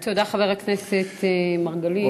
תודה, חבר הכנסת מרגלית.